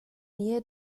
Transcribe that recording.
nähe